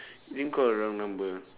didn't call the wrong number ah